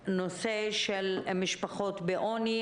ואת נושא המשפחות שחיו בעוני,